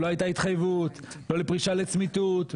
שלא הייתה התחייבות לא לפרישה לצמיתות,